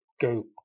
Go